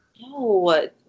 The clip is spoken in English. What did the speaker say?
No